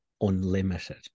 unlimited